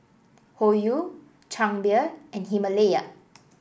Hoyu Chang Beer and Himalaya